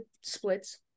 splits